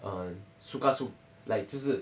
um suka su~ like 就是